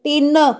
ਤਿੰਨ